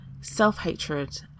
self-hatred